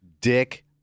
dick